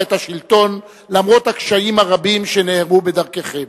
את השלטון למרות הקשיים הרבים שנערמו בדרככם.